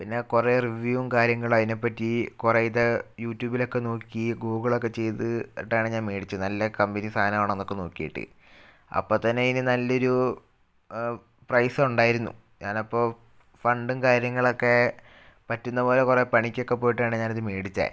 പിന്നെ കുറെ റിവ്യൂവും കാര്യങ്ങളും അതിനെ പറ്റി കുറെ ഇത് യൂട്യൂബിൽ ഒക്കെ നോക്കി ഗൂഗിളൊക്കെ ചെയ്തിട്ടാണ് ഞാൻ മേടിച്ചത് നല്ല കമ്പനി സാധനം ആണോ എന്നൊക്കെ നോക്കിയിട്ട് അപ്പം തന്നെ ഇതിന് നല്ലൊരൂ പ്രൈസുണ്ടായിരുന്നു ഞാൻ അപ്പോൾ ഫണ്ടും കാര്യങ്ങളൊക്കേ പറ്റുന്നത് പോലെ കുറെ പണിക്കൊക്കെ പോയിട്ടാണ് ഞാനിത് മേടിച്ചത്